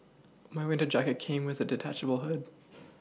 my winter jacket came with a detachable hood